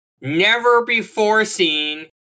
never-before-seen